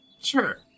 Sure